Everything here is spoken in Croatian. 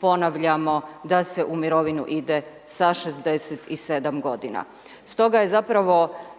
ponavljamo, da se u mirovinu ide sa 67 g. Stoga je zapravo